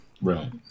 Right